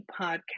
podcast